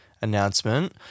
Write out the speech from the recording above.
Announcement